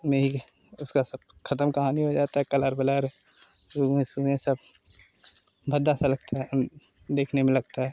में ही उसका सब ख़त्म कहानी हो जाता है कलर वलर रूएं सोमे सब भद्दा सा लगता है देखने में लगता है